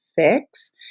fix